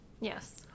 Yes